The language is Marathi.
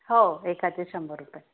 हो एकाचे शंभर रुपये